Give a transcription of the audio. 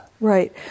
Right